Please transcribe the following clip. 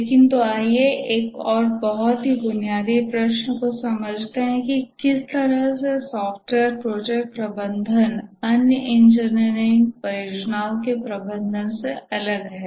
लेकिन तो आइए एक और बहुत ही बुनियादी प्रश्न को समझते हैं कि किस तरह से सॉफ्टवेयर प्रोजेक्ट प्रबंधन अन्य इंजीनियरिंग परियोजनाओं के प्रबंधन से अलग है